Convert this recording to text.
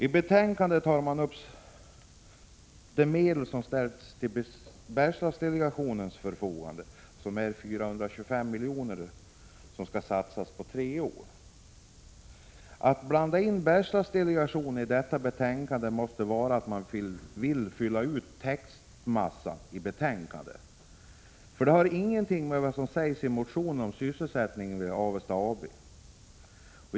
I betänkandet tar man upp de medel som ställts till Bergslagsdelegationens förfogande — 425 milj.kr. som skall satsas under tre år. Att man blandar in Bergslagsdelegationen i detta betänkande måste bero på att man vill fylla ut textmassan i betänkandet, eftersom Bergslagsdelegationen inte har något att göra med vad som sägs i motionen om sysselsättningen vid Avesta AB.